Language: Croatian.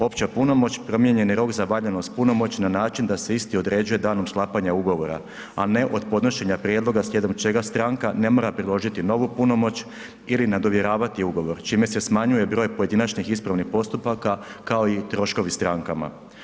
Opća punomoć, promijenjeni rok za valjanost punomoći na način da se isti određuje danom sklapanja ugovora, a ne od podnošenja prijedloga, slijedom čega stranka ne mora priložiti novu punomoć ili nadovjeravati ugovor, čine se smanjuje broj pojedinačnih ispravnih postupaka, kao i troškovi strankama.